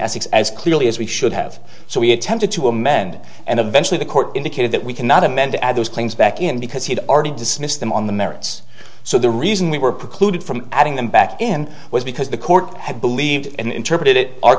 ethics as clearly as we should have so we attempted to amend and eventually the court indicated that we cannot amend to add those claims back in because he'd already dismissed them on the merits so the reason we were precluded from adding them back in was because the court had believed and interpreted it our